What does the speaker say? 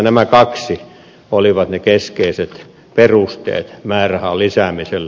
nämä kaksi olivat ne keskeiset perusteet määrärahan lisäämiselle